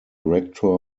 rector